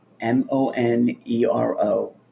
M-O-N-E-R-O